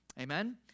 Amen